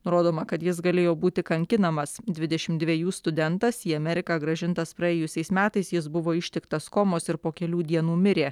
nurodoma kad jis galėjo būti kankinamas dvidešim dvejų studentas į ameriką grąžintas praėjusiais metais jis buvo ištiktas komos ir po kelių dienų mirė